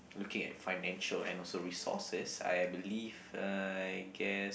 looking at financial and also resources I believe I guess